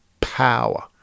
Power